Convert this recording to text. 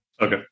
okay